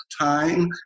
time